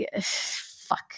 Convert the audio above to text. fuck